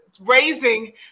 raising